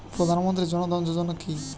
প্রধান মন্ত্রী জন ধন যোজনা কি?